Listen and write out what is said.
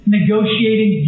negotiating